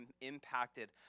impacted